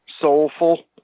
soulful